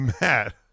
matt